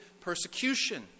persecution